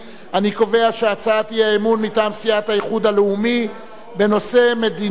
אני קובע שהצעת האי-אמון מטעם סיעת האיחוד הלאומי בנושא: מדיניות